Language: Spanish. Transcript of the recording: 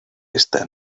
está